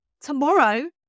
tomorrow